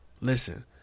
Listen